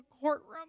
courtroom